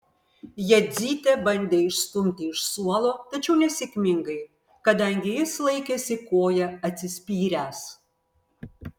jadzytė bandė išstumti iš suolo tačiau nesėkmingai kadangi jis laikėsi koja atsispyręs